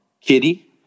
Kitty